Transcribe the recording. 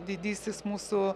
didysis mūsų